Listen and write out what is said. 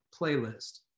playlist